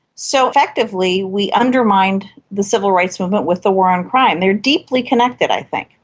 so effectively we undermined the civil rights movement with the war on crime. they are deeply connected i think,